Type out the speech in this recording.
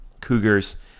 Cougars